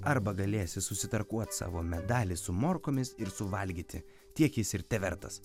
arba galėsi susitarkuot savo medalį su morkomis ir suvalgyti tiek jis ir tevertas